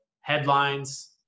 headlines